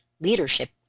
Leadership